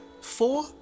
four